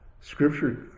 Scripture